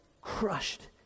crushed